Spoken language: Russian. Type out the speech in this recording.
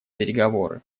переговоры